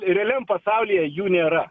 realiam pasaulyje jų nėra